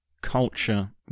culture